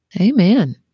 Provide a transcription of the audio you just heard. Amen